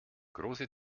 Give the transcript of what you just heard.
große